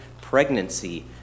pregnancy